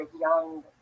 young